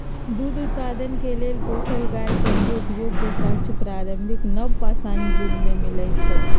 दूध उत्पादन के लेल पोसल गाय सभ के उपयोग के साक्ष्य प्रारंभिक नवपाषाण जुग में मिलइ छै